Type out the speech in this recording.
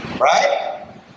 Right